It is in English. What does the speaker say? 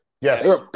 Yes